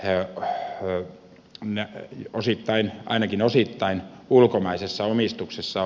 eu lähtee ne liikennöivät ainakin osittain ulkomaisessa omistuksessa